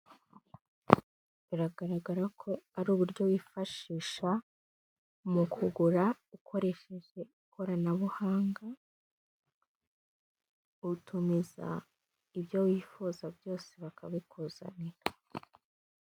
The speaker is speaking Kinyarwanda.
Biragaragara ko ari uburyo wifashisha mu kugura ukoresheje ikoranabuhanga, utumiza ibyo wifuza byose bakabikizanira.